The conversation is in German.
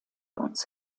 uns